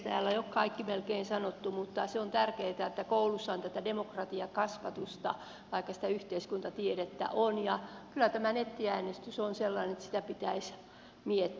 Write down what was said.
täällä on jo kaikki melkein sanottu mutta se on tärkeätä että koulussa on tätä demokratiakasvatusta vaikka sitä yhteiskuntatiedettä on ja kyllä tämä nettiäänestys on sellainen että sitä pitäisi miettiä